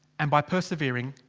and by persevering.